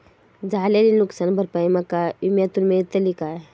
झालेली नुकसान भरपाई माका विम्यातून मेळतली काय?